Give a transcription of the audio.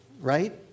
right